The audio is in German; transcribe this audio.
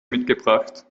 mitgebracht